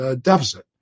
deficit